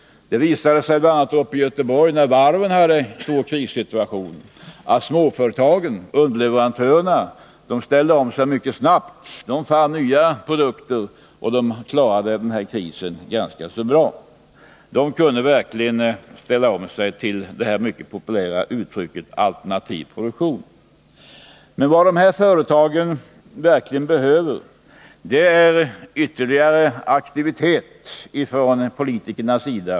Det visade sig bl.a. i Göteborg, när varven hade en svår krissituation. Småföretagen, underleverantörerna, ställde om sig mycket snabbt. De fann nya produkter och klarade krisen ganska bra. De kunde verkligen ställa om sig till det som så populärt kallas för alternativ produktion. Men vad dessa företag verkligen behöver är ytterligare aktivitet från politikernas sida.